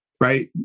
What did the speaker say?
right